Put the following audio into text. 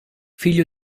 figlio